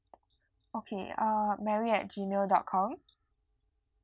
okay uh mary at G mail dot com